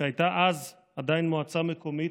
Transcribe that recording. שהייתה אז עדיין מועצה מקומית,